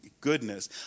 goodness